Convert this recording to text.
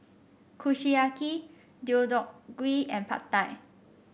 Kushiyaki Deodeok Gui and Pad Thai